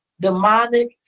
demonic